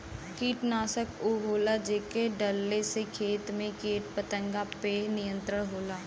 कीटनाशक उ होला जेके डलले से खेत में कीट पतंगा पे नियंत्रण होला